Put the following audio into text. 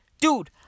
Dude